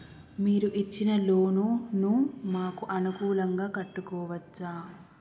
మీరు ఇచ్చిన లోన్ ను మాకు అనుకూలంగా కట్టుకోవచ్చా?